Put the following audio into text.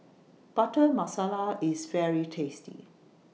Butter Masala IS very tasty